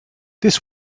this